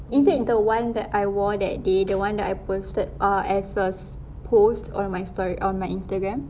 is it the one that I wore that day the one that I posted uh as a post on my story on my instagram